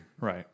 Right